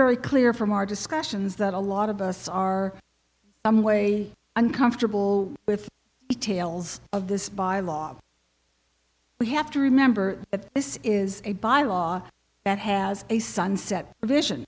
very clear from our discussions that a lot of us are i'm way uncomfortable with details of this by law we have to remember that this is a bylaw that has a sunset provision